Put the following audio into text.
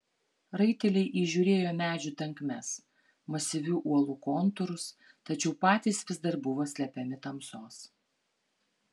raiteliai įžiūrėjo medžių tankmes masyvių uolų kontūrus tačiau patys vis dar buvo slepiami tamsos